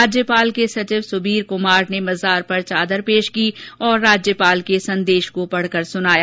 राज्यपाल के सचिव सुबीर कुमार ने मजार पर चादर पेश की और राज्यपाल के संदेश को पढ़कर सुनाया